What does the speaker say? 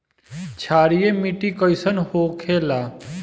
क्षारीय मिट्टी कइसन होखेला?